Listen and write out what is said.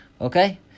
Okay